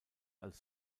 als